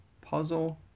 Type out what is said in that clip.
puzzle